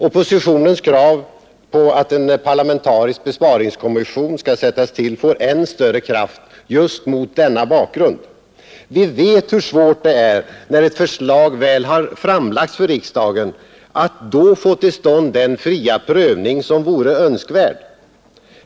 Oppositionens krav på att en parlamentarisk besparingskommission skall sättas till får än större kraft just mot denna bakgrund. Vi vet hur svårt det är när ett förslag väl framlagts för riksdagens behandling att då få till stånd den fria prövning som vore önskvärd.